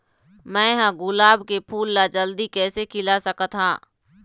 मैं ह गुलाब के फूल ला जल्दी कइसे खिला सकथ हा?